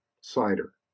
cider